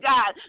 God